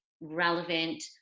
relevant